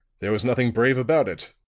there was nothing brave about it.